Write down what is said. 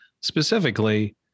specifically